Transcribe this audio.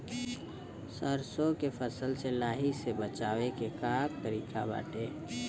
सरसो के फसल से लाही से बचाव के का तरीका बाटे?